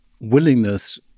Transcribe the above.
willingness